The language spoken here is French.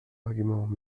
arguments